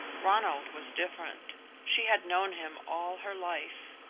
ronald was different she had known him all her life.